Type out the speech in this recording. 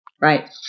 right